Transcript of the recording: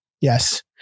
Yes